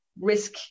risk